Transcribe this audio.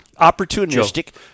opportunistic